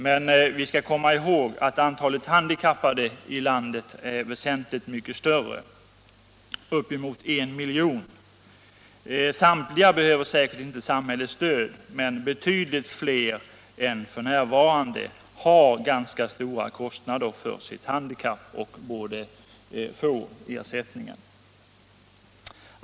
Men vi skall komma ihåg att antalet handikappade i landet är väsentligt mycket större, uppemot en miljon. Samtliga behöver säkerligen inte samhällets stöd, men betydligt fler än f. n. som har ganska stora kostnader för sitt handikapp borde få ersättningen.